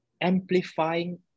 amplifying